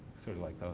sort of like,